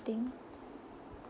thing